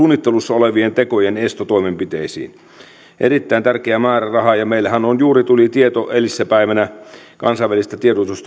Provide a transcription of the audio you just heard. olevien tekojen estotoimenpiteisiin erittäin tärkeä määräraha ja meillehän juuri tuli tieto eilispäivänä kansainvälisiltä